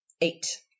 eight